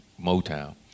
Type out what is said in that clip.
Motown